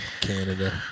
Canada